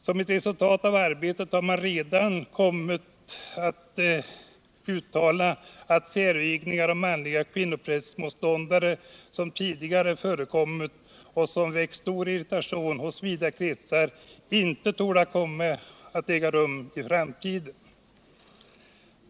Som ett resultat av arbetet har redan uttalats att särvigningar av manliga kvinnoprästmotståndare, som tidigare förekommit och som väckt stor irritation i vida kretsar, inte torde komma att äga rum i framtiden.